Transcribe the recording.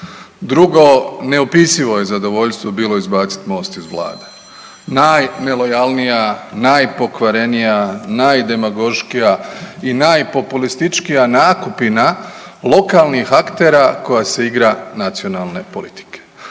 Drugo, neopisivo je zadovoljstvo bilo izbacit Most iz vlade, najnelojalnija, najpokvarenija, najdemagoškija i najpopulističkija nakupina lokalnih aktera koja se igra nacionalne politike.